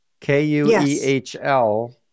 K-U-E-H-L